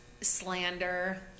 slander